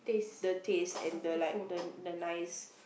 the taste and the like the the nice